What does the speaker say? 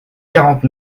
quarante